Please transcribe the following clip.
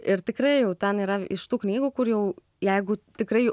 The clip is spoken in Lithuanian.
ir tikrai jau ten yra iš tų knygų kur jau jeigu tikrai